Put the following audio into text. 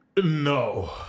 No